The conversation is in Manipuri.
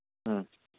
ꯑ